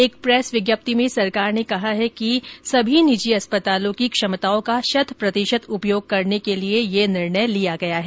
एक प्रेस विज्ञप्ति में सरकार ने कहा है कि सभी निजी अस्पतालों की क्षमताओं का शत प्रतिशत उपयोग करने के लिए यह निर्णय लिया गया है